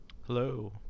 Hello